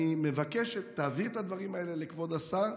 אני מבקש שתעביר את הדברים האלה לכבוד השר,